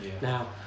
Now